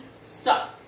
suck